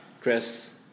Chris